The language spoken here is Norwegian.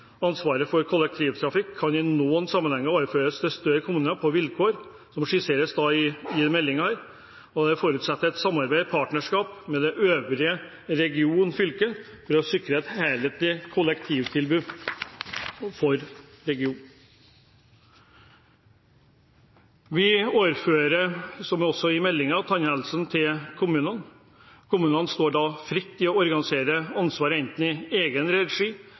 Ansvaret for kollektivtrafikken kan i noen sammenhenger overføres til større kommuner på de vilkår som skisseres i meldingen, og forutsatt at det inngår et samarbeid/partnerskap med det øvrige fylket/regionen om å sikre et helhetlig kollektivtilbud i regionen. Komiteens flertall mener at ansvaret for tannhelsetjenesten bør overføres til kommunene. Kommunene står fritt til å organisere ansvaret enten i egen regi,